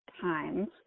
times